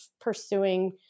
pursuing